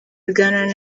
ibiganiro